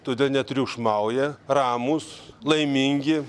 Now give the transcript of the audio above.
todėl netriukšmauja ramūs laimingi